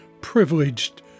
privileged